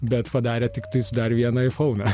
bet padarė tiktais dar vieną ifouną